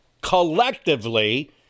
collectively